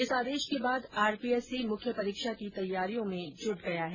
इस आदेश के बाद आरपीएससी मुख्य परीक्षा की तैयारी में जुट गया है